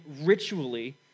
ritually